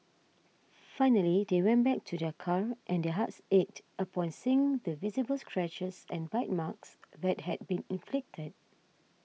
finally they went back to their car and their hearts ached upon seeing the visible scratches and bite marks that had been inflicted